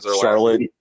Charlotte